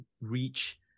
reach